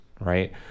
right